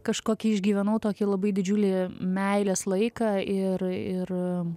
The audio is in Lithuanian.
kažkokį išgyvenau tokį labai didžiulį meilės laiką ir ir